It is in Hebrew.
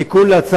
אדוני היושב-ראש,